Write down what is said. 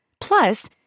Plus